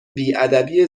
بیادبی